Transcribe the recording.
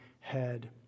head